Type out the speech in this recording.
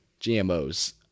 GMOs